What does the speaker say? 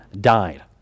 died